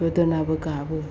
गोदोनाबो गाबो